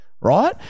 Right